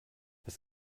was